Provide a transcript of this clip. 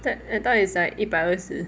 I thought it was like 一百二十